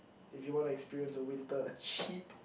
if you want to experience winter a cheap